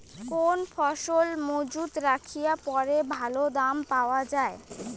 কোন ফসল মুজুত রাখিয়া পরে ভালো দাম পাওয়া যায়?